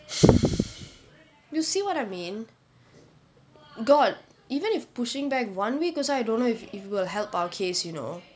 you see what I mean god even if pushing back one week also I don't know if if it will help our case you know